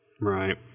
Right